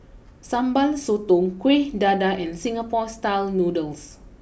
Sambal Sotong Kuih Dadar and Singapore style Noodles